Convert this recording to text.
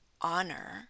honor